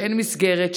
שאין מסגרת,